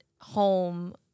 home